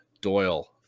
doyle